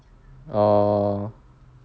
oh